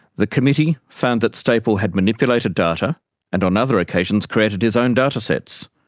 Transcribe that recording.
the committee found that stapel had manipulated data and on other occasions created his own data sets.